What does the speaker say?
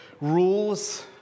rules